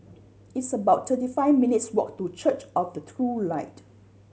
it's about thirty five minutes' walk to Church of the True Light